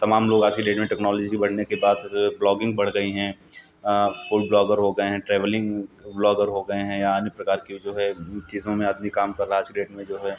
तमाम लोग आज की डेट में टेक्नोलॉजी बढ़ने के बाद जो है ब्लॉगिंग बढ़ गई हैं फ़ूड ब्लॉगर हो गए हैं ट्रैवलिंग ब्लॉगर हो गए हैं या अन्य प्रकार के जो है चीज़ों में आदमी काम कर रहा है आज की डेट में जो है